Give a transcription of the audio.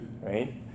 right